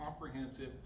comprehensive